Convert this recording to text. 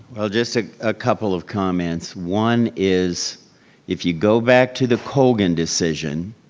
well, just to a couple of comments. one is if you go back to the colgan decision